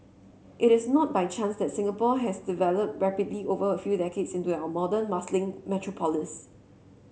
it is not by chance that Singapore has developed rapidly over a few decades into our modern muscling metropolis